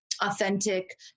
authentic